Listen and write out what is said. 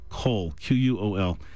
Q-U-O-L